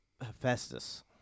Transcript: Hephaestus